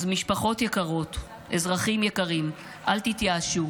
אז משפחות יקרות, אזרחים יקרים, אל תתייאשו.